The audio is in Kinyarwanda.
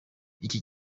iki